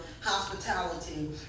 hospitality